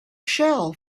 shell